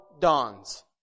dawns